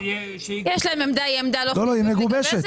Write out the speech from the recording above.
שיגבשו עמדה --- היא מגובשת.